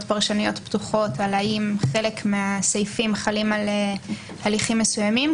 פרשניות פתוחות על האם חלק מהסעיפים חלים על הליכים מסוימים,